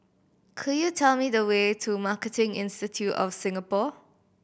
could you tell me the way to Marketing Institute of Singapore